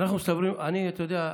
אני, אתה יודע,